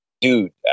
dude